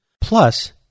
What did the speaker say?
plus